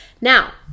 Now